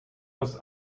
was